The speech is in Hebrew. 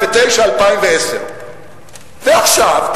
2009 2010. ועכשיו,